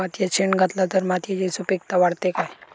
मातयेत शेण घातला तर मातयेची सुपीकता वाढते काय?